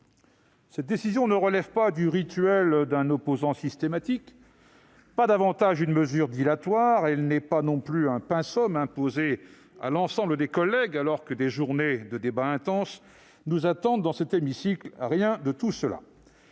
Cette décision ne relève pas du rituel d'un opposant systématique. Elle n'est pas davantage une mesure dilatoire. Elle n'est pas non plus un imposé à l'ensemble des collègues, alors que des journées de débats intenses nous attendent dans cet hémicycle. Elle n'est rien de tout cela.